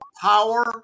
power